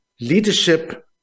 leadership